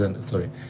Sorry